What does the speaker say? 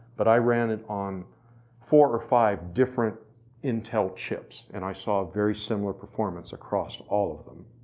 but i ran it on four or five different intel chips. and i saw very similar performance across all of them.